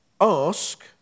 ask